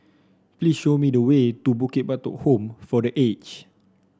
please show me the way to Bukit Batok Home for The Aged